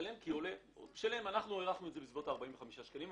אנחנו הערכנו את זה בסביבות ה-45 שקלים.